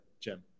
Jim